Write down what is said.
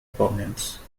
prominence